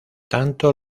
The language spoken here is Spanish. tanto